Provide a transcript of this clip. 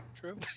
true